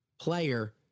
player